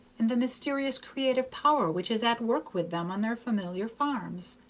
and the mysterious creative power which is at work with them on their familiar farms.